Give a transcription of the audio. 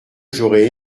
j’aurais